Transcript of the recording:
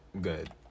good